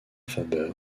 faber